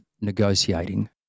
negotiating